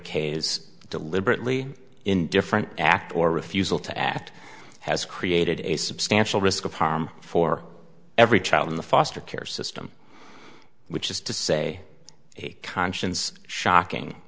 is deliberately indifferent act or refusal to act has created a substantial risk of harm for every child in the foster care system which is to say a conscience shocking